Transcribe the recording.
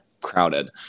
crowded